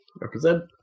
Represent